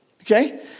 Okay